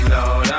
Lord